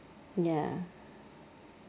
ya